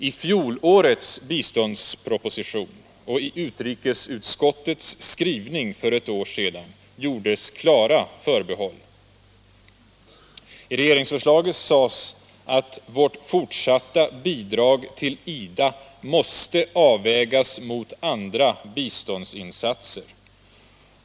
I fjolårets biståndsproposition och i utrikesutskottets skrivning för ett år sedan gjordes klara förbehåll. I regeringsförslaget sades att vårt fortsatta bidrag till IDA måste avvägas mot andra biståndsinsatser.